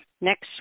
Next